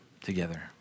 together